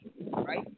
right